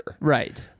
Right